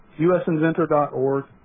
usinventor.org